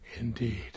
indeed